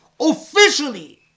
officially